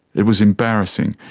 it was embarrassing.